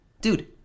dude